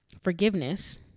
forgiveness